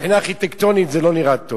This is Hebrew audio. מבחינה ארכיטקטונית זה לא נראה טוב,